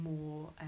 more